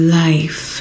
life